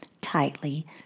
tightly